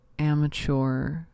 Amateur